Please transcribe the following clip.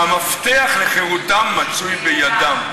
והמפתח לחירותם מצוי בידם: